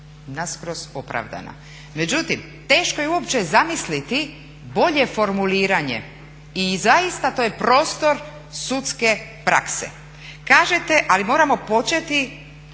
na skroz opravdana. Međutim, teško je uopće zamisliti bolje formuliranje i zaista to je prostor sudske prakse. Kažete, ali moramo početi